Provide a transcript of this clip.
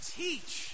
teach